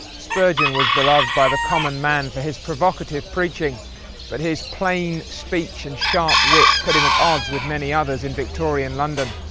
spurgeon was beloved by the common man for his provocative preaching but his plain speech, and sharp wit put him at odds with many others in victorian london.